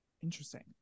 Interesting